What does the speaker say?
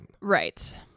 Right